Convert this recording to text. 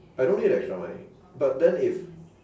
I don't need the extra money but then if